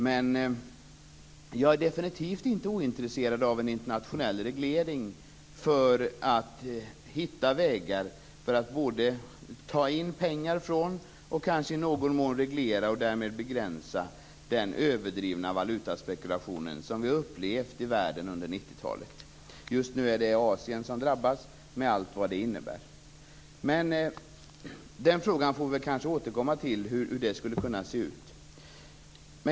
Men jag är definitivt inte ointresserad av en internationell reglering för att hitta vägar för att ta in pengar från och kanske i någon mån reglera och därmed begränsa den överdrivna valutaspekulation som vi upplevt i världen under 90 talet. Just nu är det Asien som drabbas med allt vad det innebär. Vi får kanske återkomma till hur det skulle kunna se ut.